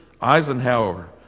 Eisenhower